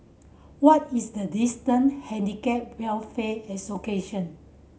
what is the distant Handicap Welfare Association